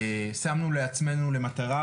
שמנו לעצמנו מטרה,